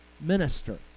minister